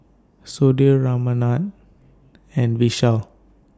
Sudhir Ramanand and Vishal